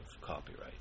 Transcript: copyright